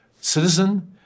citizen